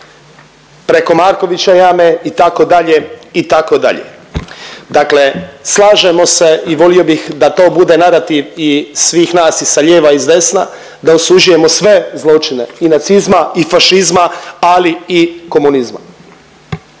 preko Markovića jame, itd., itd. Dakle slažemo se i volio bih da to bude narativ i svih nas i sa lijeva i zdesna da osuđujemo sve zločine i nacizma i fašizma, ali i komunizma.